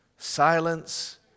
Silence